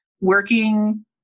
working